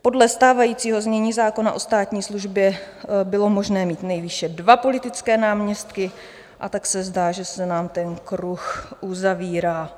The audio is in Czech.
Podle stávajícího znění zákona o státní službě bylo možné mít nejvýše dva politické náměstky, a tak se zdá, že se nám ten kruh uzavírá.